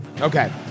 Okay